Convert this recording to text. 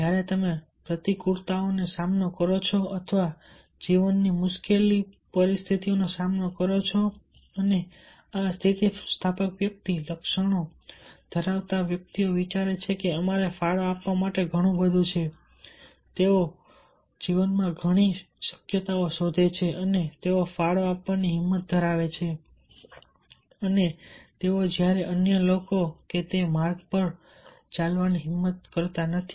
જ્યારે તમે પ્રતિકૂળતાઓનો સામનો કરો છો અથવા જીવનની મુશ્કેલ પરિસ્થિતિઓનો સામનો કરો છો અને આ સ્થિતિસ્થાપક વ્યક્તિ લક્ષણો ધરાવતા વ્યક્તિઓ વિચારે છે કે અમારે ફાળો આપવા માટે ઘણું બધું છે તેઓ જીવનમાં ઘણી શક્યતાઓ શોધે છે અને તેઓ ફાળો આપવાની હિંમત ધરાવે છે અને તેઓ જ્યારે અન્ય લોકો તે માર્ગ પર ચાલવાની હિંમત કરતા નથી